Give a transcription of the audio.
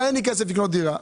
אין לי כסף לקנות דירה,